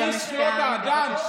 את זה.